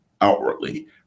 outwardly